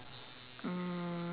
mm